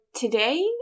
Today